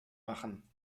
machen